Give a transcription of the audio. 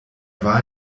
war